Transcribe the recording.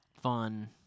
fun